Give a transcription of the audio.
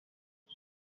iyi